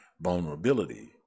vulnerability